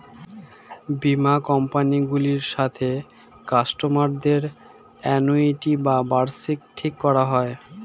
বীমা কোম্পানি গুলোর সাথে কাস্টমার দের অ্যানুইটি বা বার্ষিকী ঠিক করা হয়